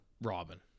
Robin